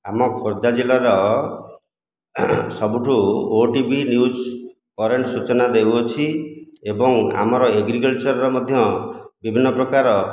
ଆମ ଖୋର୍ଦ୍ଧା ଜିଲ୍ଲାର ସବୁଠୁ ଓଟିଭି ନିଉଜ୍ କରେଣ୍ଟ ସୂଚନା ଦେଉଅଛି ଏବଂ ଆମର ଏଗ୍ରିକଲଚର୍ର ମଧ୍ୟ ବିଭିନ୍ନ ପ୍ରକାର